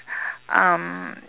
um